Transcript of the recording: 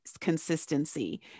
consistency